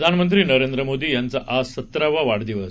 प्रधानमंत्री नरेंद्र मोदी यांचा आज सत्तरावा वाढदिवस